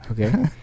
Okay